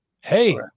hey